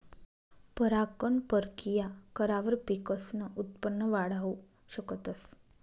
परागकण परकिया करावर पिकसनं उत्पन वाढाऊ शकतस